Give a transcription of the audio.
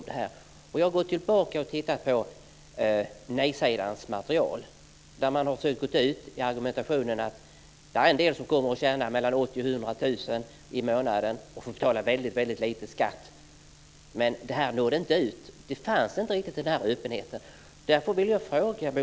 Jag har gått tillbaka och tittat på nej-sägarnas material där man förde argumentationen att en del kommer att tjäna mellan 80 000 och 100 000 kr i månaden och får betala väldigt lite i skatt, men detta nådde inte ut. Det fanns inte den öppenheten.